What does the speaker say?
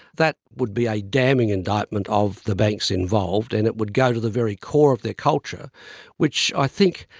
that would be a damning indictment of the banks involved and it would go to the very core of their culture which i think,